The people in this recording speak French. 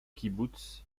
kibboutz